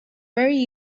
very